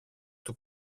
του